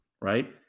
right